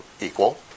equal